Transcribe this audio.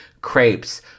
crepes